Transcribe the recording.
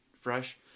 fresh